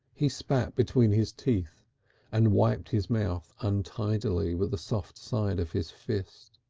he spat between his teeth and wiped his mouth untidily with the soft side of his fist.